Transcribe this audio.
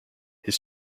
his